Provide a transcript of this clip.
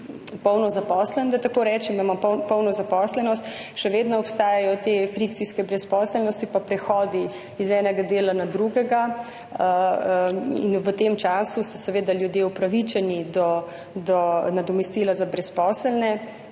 polno zaposlen, da tako rečem, imamo polno zaposlenost, še vedno obstajajo te frikcijske brezposelnosti pa prehodi z enega dela na drugega. V tem času so seveda ljudje upravičeni do nadomestila za brezposelne.